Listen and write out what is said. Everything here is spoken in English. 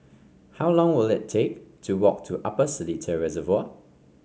how long will it take to walk to Upper Seletar Reservoir